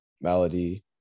Malady